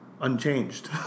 unchanged